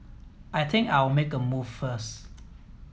I think I'll make a move first